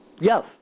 Yes